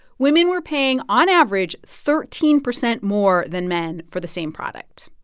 women were paying, on average, thirteen percent more than men for the same product.